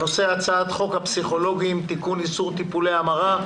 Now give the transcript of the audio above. הנושא הוא: הצעת חוק הפסיכולוגים (תיקון איסור טיפולי המרה)